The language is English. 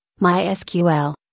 MySQL